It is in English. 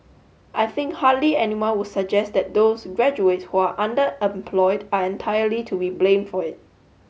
I think hardly anyone would suggest that those graduates who are underemployed are entirely to be blamed for it